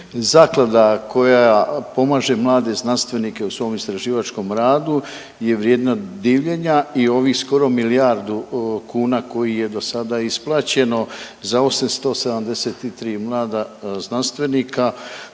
Zaklada koja pomaže mlade znanstvenike u svom istraživačkom radu je vrijedna divljenja i ovih skoro milijardu kuna koji je do sada isplaćeno za 873 mlada znanstvenika